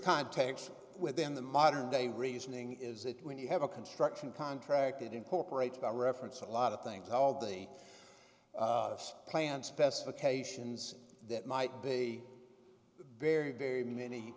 context within the modern day reasoning is that when you have a construction contract it incorporates a reference a lot of things all the plant specifications that might be very very many